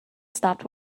stopped